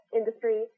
industry